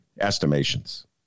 estimations